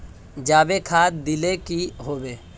जाबे खाद दिले की होबे?